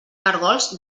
caragols